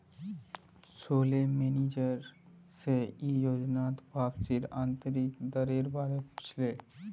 Sohail manager से ई योजनात वापसीर आंतरिक दरेर बारे पुछले